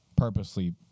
Purposely